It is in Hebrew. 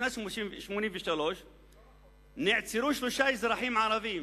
בשנת 1983 נעצרו שלושה אזרחים ערבים,